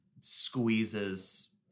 squeezes